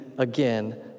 Again